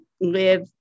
live